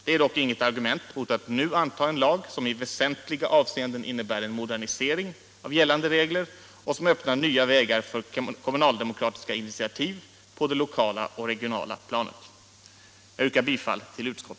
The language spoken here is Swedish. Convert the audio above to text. Det är dock inget argument mot att nu anta en lag, som i väsentliga avseenden innebär en modernisering av gällande regler och som öppnar nya vägar för kommunaldemokratiska initiativ på det lokala och regionala planet.